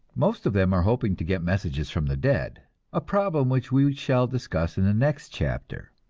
most of them are hoping to get messages from the dead a problem which we shall discuss in the next chapter.